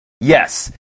Yes